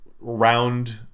round